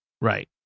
right